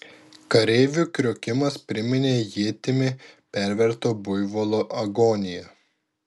kareivių kriokimas priminė ietimi perverto buivolo agoniją